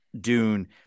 Dune